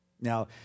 Now